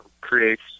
creates